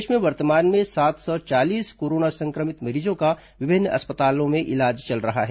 प्रदेश में वर्तमान में सात सौ चालीस कोरोना संक्रमित मरीजों का विभिन्न अस्पतालों में इलाज चल रहा है